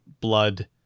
blood